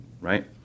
right